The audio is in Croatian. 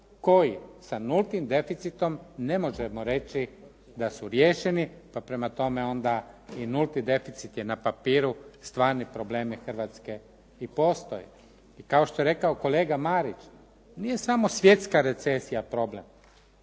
koji sa nultim deficitom ne možemo reći da su riješeni, pa prema tome onda i nulti deficit je na papiru. Stvari problemi Hrvatske i postoje. I kao što je rekao kolega Marić nije samo svjetska recesija problem.